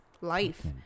life